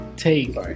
take